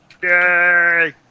Yay